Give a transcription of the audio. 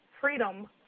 freedom